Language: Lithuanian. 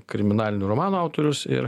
kriminalinių romanų autorius ir